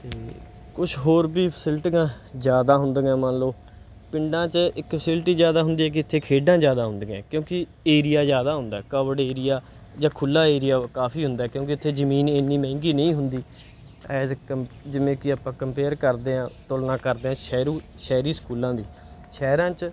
ਅਤੇ ਕੁਛ ਹੋਰ ਵੀ ਫਿਸਿਲਟੀਆਂ ਜ਼ਿਆਦਾ ਹੁੰਦੀਆਂ ਮੰਨ ਲਓ ਪਿੰਡਾਂ 'ਚ ਇੱਕ ਫਿਸਿਲਟੀ ਜ਼ਿਆਦਾ ਹੁੰਦੀ ਹੈ ਕਿ ਇੱਥੇ ਖੇਡਾਂ ਜ਼ਿਆਦਾ ਹੁੰਦੀਆਂ ਕਿਉਂਕਿ ਏਰੀਆ ਜ਼ਿਆਦਾ ਹੁੰਦਾ ਕਵਰਡ ਏਰੀਆ ਜਾਂ ਖੁੱਲ੍ਹਾ ਏਰੀਆ ਕਾਫੀ ਹੁੰਦਾ ਕਿਉਂਕਿ ਉੱਥੇ ਜ਼ਮੀਨ ਇੰਨੀ ਮਹਿੰਗੀ ਨਹੀਂ ਹੁੰਦੀ ਐਜ ਕੰਪ ਜਿਵੇਂ ਕਿ ਆਪਾਂ ਕੰਪੇਅਰ ਕਰਦੇ ਹਾਂ ਤੁਲਨਾ ਕਰਦੇ ਹਾਂ ਸ਼ਹਿਰੀ ਸ਼ਹਿਰੀ ਸਕੂਲਾਂ ਦੀ ਸ਼ਹਿਰਾਂ 'ਚ